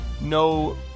No